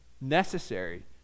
necessary